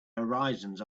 horizons